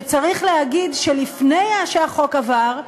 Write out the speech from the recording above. שצריך להגיד שלפני שהחוק עבר,